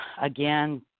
again